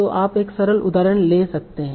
तो आप एक सरल उदाहरण ले सकते हैं